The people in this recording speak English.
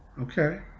Okay